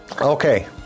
Okay